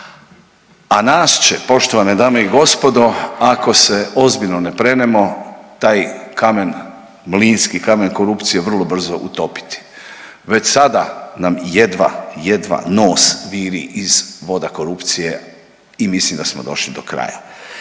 A nas će poštovane dame i gospodo ako se ozbiljno ne prenemo taj kamen, mlinski kamen korupcije vrlo brzo utopiti. Već sada nam jedva, jedva nos viri iz voda korupcije i mislim da smo došli do kraja.